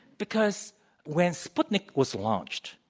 because when sputnik was launched,